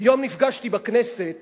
היום נפגשתי בכנסת